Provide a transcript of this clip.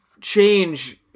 change